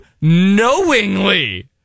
knowingly